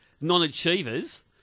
non-achievers